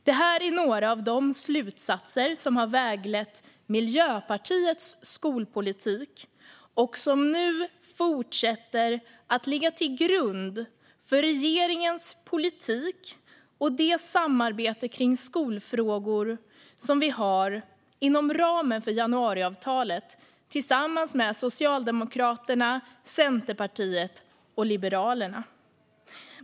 Det här är några av de slutsatser som har väglett Miljöpartiets skolpolitik och som nu fortsätter att ligga till grund för regeringens politik och det samarbete kring skolfrågor som vi har inom ramen för januariavtalet tillsammans med Socialdemokraterna, Centerpartiet och Liberalerna.